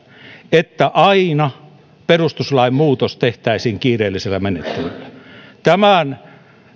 että aina perustuslain muutos tehtäisiin kiireellisellä menettelyllä tämän